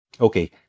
Okay